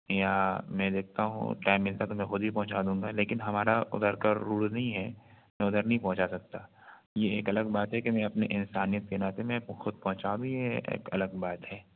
یا میں دیکھتا ہوں ٹائم ملتا ہے تو میں خود ہی پہنچا دوں گا لیکن ہمارا اُدھر کا رول نہیں ہے میں اُدھر نہیں پہنچا سکتا یہ ایک الگ بات ہے کہ میں اپنے انسانیت کے ناطے میں آپ خود پہنچا بھی یہ ایک الگ بات ہے